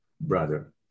brother